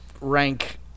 rank